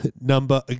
Number